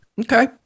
Okay